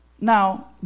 Now